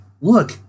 look